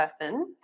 person